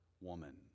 woman